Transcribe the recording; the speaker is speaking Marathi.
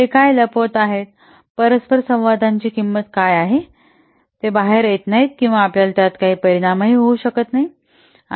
ते काय लपवत आहेत परस्परसंवादाची किंमत काय आहे ते बाहेर येत नाहीत किंवा आपल्याला त्याचा काही परिणामही होऊ शकत नाही